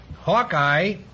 Hawkeye